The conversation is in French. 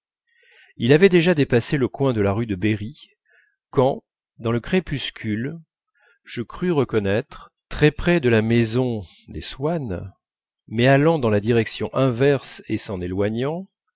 il avait déjà dépassé le coin de la rue de berri quand dans le crépuscule je crus reconnaître très près de la maison des swann mais allant dans la direction inverse et s'en éloignant